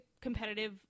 competitive